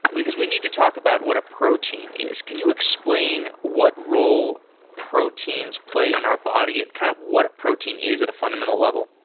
because we need to talk about what a protein is. can you explain what role proteins play in our body and kind of what a protein is at a fundamental level?